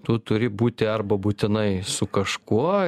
tu turi būti arba būtinai su kažkuo